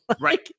right